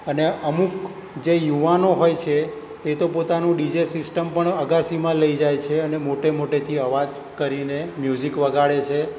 અને અમુક જે યુવાનો હોય છે તે તો પોતાનું ડીજે સિસ્ટમ પણ અગાસીમાં લઈ જાય છે અને મોટે મોટેથી અવાજ કરીને મ્યુઝિક વગાડે છે